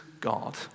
God